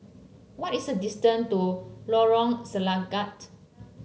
what is the distance to Lorong Selangat